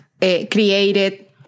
created